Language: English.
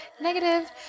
negative